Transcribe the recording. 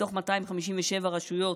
מתוך 257 רשויות,